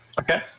okay